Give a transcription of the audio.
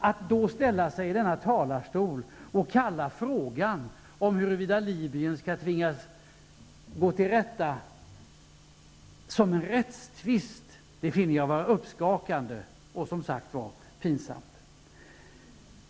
Att då ställa sig i denna talarstol och kalla frågan om huruvida Libyen skall tvingas att ställas inför rätta för en rättstvist, finner jag vara uppskakande och pinsamt.